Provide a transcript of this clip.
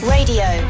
Radio